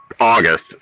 August